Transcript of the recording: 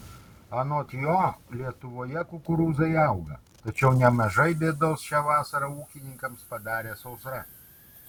anot jo lietuvoje kukurūzai auga tačiau nemažai bėdos šią vasarą ūkininkams padarė sausra